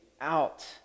out